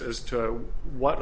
as to what